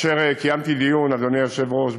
אדוני היושב-ראש,